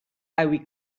ivy